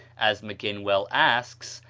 as maginn well asks,